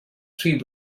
three